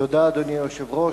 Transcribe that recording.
אדוני היושב-ראש,